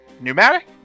pneumatic